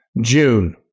June